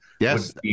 Yes